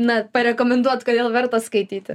na parekomenduot kodėl verta skaityti